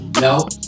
No